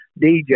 DJ